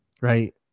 right